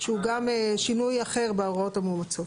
שהוא גם שינוי אחר בהוראות המאומצות.